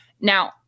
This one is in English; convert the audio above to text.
Now